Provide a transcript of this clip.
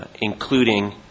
including